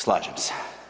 Slažem se.